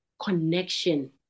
connection